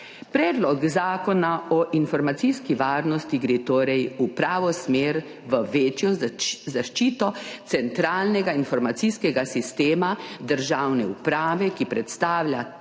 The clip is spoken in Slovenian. Predlog zakona o informacijski varnosti gre torej v pravo smer, v večjo zaščito centralnega informacijskega sistema državne uprave, ki predstavlja